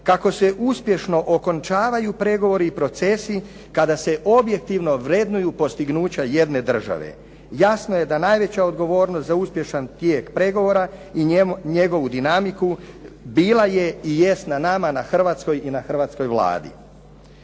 kako se uspješno okončavaju pregovori i procesi kada se objektivno vrednuju postignuća jedne države. Jasno je da najveća odgovornost za uspješan tijek pregovora i njegovu dinamiku bila je i jest na nama, na Hrvatskoj i na hrvatskoj Vladi.